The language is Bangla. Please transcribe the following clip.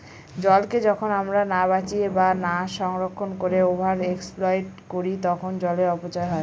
জলকে যখন আমরা না বাঁচিয়ে বা না সংরক্ষণ করে ওভার এক্সপ্লইট করি তখন জলের অপচয় হয়